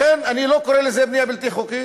לכן אני לא קורא לזה בנייה בלתי חוקית.